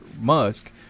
Musk